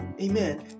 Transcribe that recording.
Amen